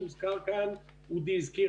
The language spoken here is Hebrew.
אודי הזכיר